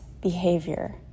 behavior